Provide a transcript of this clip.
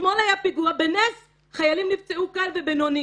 אתמול היה פיגוע ובנס חיילים נפצעו קל ובינוני.